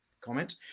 comment